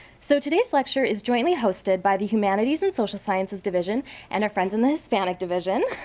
so today's lecture is jointly hosted by the humanities and social sciences division and our friends in the hispanic division.